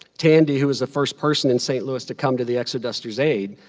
tandy, who was the first person in st. louis to come to the exodusters' aid,